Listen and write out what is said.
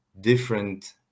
different